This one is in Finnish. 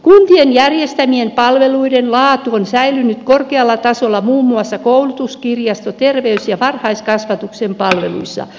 kuntien järjestämien palvelujen laatu on säilynyt korkealla tasolla muun muassa koulutus kirjasto terveys ja varhaiskasvatuksen palveluissa